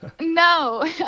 no